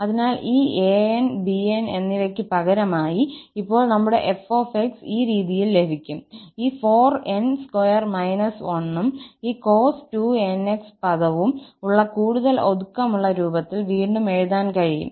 അതിനാൽ ഈ 𝑎𝑛′𝑠 𝑏𝑛′𝑠 എന്നിവയ്ക്ക് പകരമായി ഇപ്പോൾ നമ്മുടെ 𝑓𝑥 ഈ രീതിയിൽ ലഭിക്കും ഈ 4𝑛2−1 ഉം ഈ cos2𝑛𝑥 പദവും ഉള്ള കൂടുതൽ ഒതുക്കമുള്ള രൂപത്തിൽ വീണ്ടും എഴുതാൻ കഴിയും